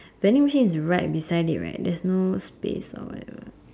vending machine is right beside it right there's no space or whatever